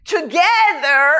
Together